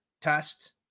test